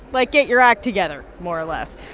like, get your act together more or less.